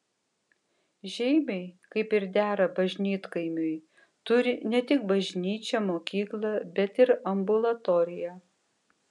žeimiai kaip ir dera bažnytkaimiui turi ne tik bažnyčią mokyklą bet ir ambulatoriją